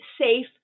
safe